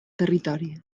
territori